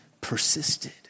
persisted